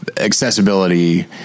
accessibility